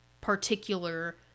particular